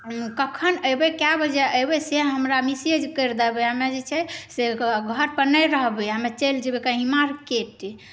कखन अएबै कए बजे अएबै से हमरा मैसेज करि देबै हमे जे छै से घरपर नहि रहबै हमे कहीँ चलि जेबै मार्केट